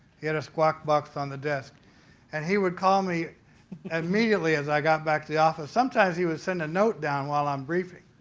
he had a squawk box on the desk and he would call me and immediately as i got back to the office, sometimes he would send a note down while i'm briefing.